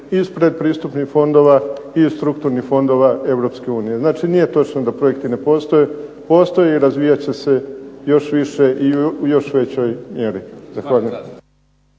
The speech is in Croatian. iz predpristupnih fondova i strukturnih fondova Europske unije. Znači, nije točno da projekti ne postoje. Postoje i razvijat će se još više i u još većoj mjeri.